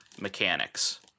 mechanics